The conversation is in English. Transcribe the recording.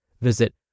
Visit